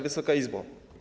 Wysoka Izbo!